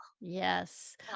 yes